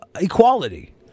equality